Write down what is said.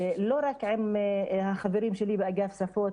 לא רק עם החברים שלי באגף שפות,